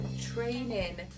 training